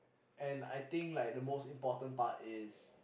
and I think like the most important part is